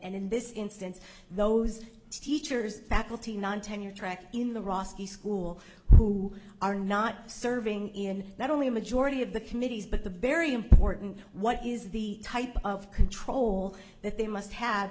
and in this instance those teachers faculty non tenure track in the roski school who are not serving in not only a majority of the committees but the very important what is the type of control that they must have